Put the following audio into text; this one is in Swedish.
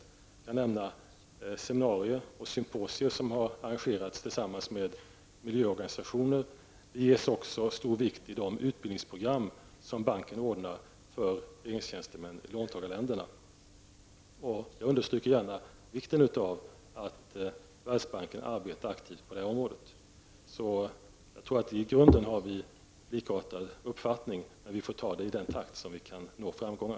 Jag kan nämna att seminarier och symposier har arrangerats tillsammans med miljöorganisationer. Det läggs också stor vikt vid de utbildningsprogram som Världsbanken anordnar för regeringstjänstemän i låntagarländerna. Jag understryker gärna vikten av att Världsbanken arbetar aktivt på det här området. Jag tror att vi i grunden har likartad uppfattning, men vi får ta det i en sådan takt att vi kan nå framgångar.